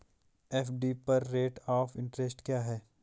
FD पर rate of interest क्या है?